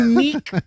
Unique